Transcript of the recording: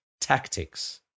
Tactics